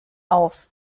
auf